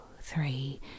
three